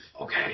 Okay